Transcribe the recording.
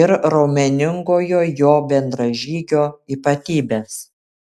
ir raumeningojo jo bendražygio ypatybes